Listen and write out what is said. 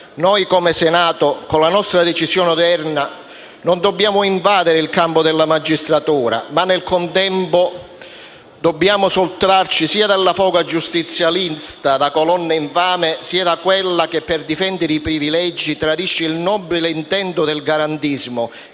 Noi, come Senato, con la nostra decisione odierna non dobbiamo invadere il campo della magistratura ma, nel contempo, dobbiamo sottrarci sia alla foga giustizialista da "colonna infame" sia da quella che, per difendere i privilegi, tradisce il nobile intento del garantismo